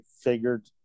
figured